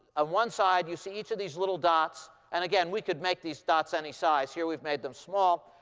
ah one side, you see each of these little dots. and again, we could make these dots any size. here, we've made them small.